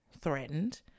threatened